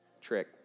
trick